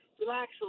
relax